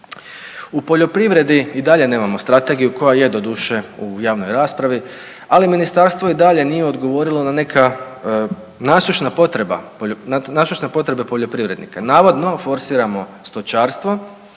U poljoprivredi i dalje nemamo strategiju koja je doduše u javnoj raspravi, ali ministarstvo i dalje nije odgovorilo na neka nasušne potrebe poljoprivrednika. Navodno forsiramo stočarstvo,